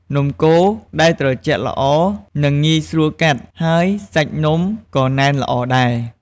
នំកូរដែលត្រជាក់ល្អ នឹងងាយស្រួលកាត់ ហើយសាច់នំក៏ណែនល្អដែរ។